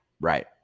right